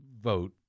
vote